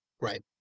Right